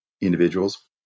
individuals